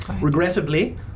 Regrettably